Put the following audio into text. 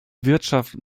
wirtschaft